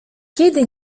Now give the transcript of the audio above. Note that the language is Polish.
kiedy